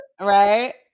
Right